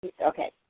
Okay